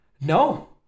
no